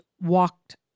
walked